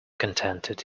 contented